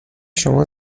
شما